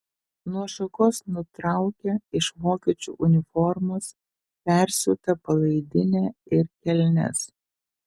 nuo šakos nutraukia iš vokiečių uniformos persiūtą palaidinę ir kelnes